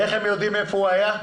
ואיך הם יודעים איפה הוא היה?